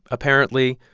apparently,